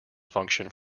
function